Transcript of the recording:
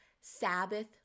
Sabbath